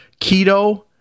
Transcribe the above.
keto